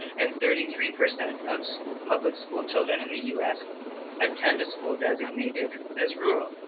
and thirty three percent of public school children in the us attend a school designated as rural.